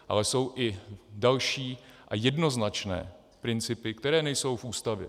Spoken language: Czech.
Ale jsou i další a jednoznačné principy, které nejsou v Ústavě.